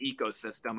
ecosystem